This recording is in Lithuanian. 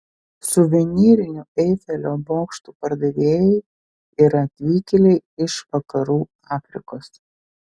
suvenyrinių eifelio bokštų pardavėjai yra atvykėliai iš vakarų afrikos